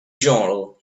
journal